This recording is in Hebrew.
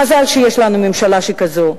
מזל שיש לנו ממשלה שכזאת,